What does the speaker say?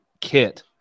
kit